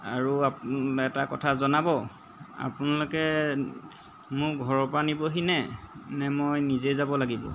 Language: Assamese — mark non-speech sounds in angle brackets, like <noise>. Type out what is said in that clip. আৰু <unintelligible> এটা কথা জনাব আপোনালোকে মোৰ ঘৰৰ পৰা নিবহিনে নে মই নিজেই যাব লাগিব